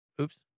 Oops